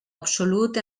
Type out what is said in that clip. absolut